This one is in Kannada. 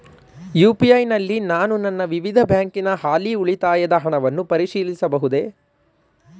ಯು.ಪಿ.ಐ ನಲ್ಲಿ ನಾನು ನನ್ನ ವಿವಿಧ ಬ್ಯಾಂಕಿನ ಹಾಲಿ ಉಳಿತಾಯದ ಹಣವನ್ನು ಪರಿಶೀಲಿಸಬಹುದೇ?